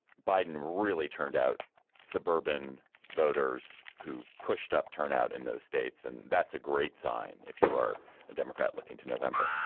biden really turned out suburban voters who pushed up turnout in those states. and that's a great sign if you are a democrat looking to november,